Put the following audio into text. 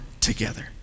together